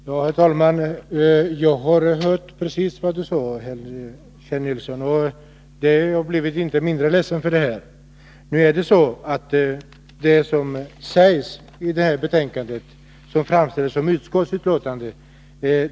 Herr talman! Jag har lyssnat på allt vad Kjell Nilsson nu sagt, och jag blev inte mindre ledsen av det. Det som framhålls i betänkandet är bara av tillfällig natur.